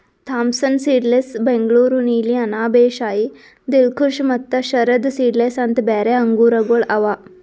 Thompson seedless, Bengaluru ನೀಲಿ, ಅನಾಬ್ ಎ ಶಾಹಿ, ದಿಲ್ಖುಷ ಮತ್ತ Sharad seedless ಅಂತ್ ಬ್ಯಾರೆ ಆಂಗೂರಗೊಳ್ ಅವಾ